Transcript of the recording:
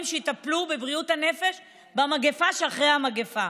שיטפלו בבריאות הנפש במגפה שאחרי המגפה.